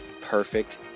Perfect